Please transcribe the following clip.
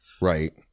Right